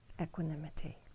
equanimity